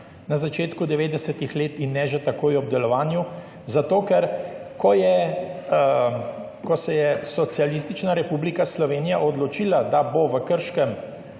na začetku 90. let in ne že takoj ob delovanju? Ko se je Socialistična republika Slovenija odločila, da bo v Krškem